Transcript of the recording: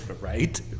right